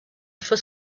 for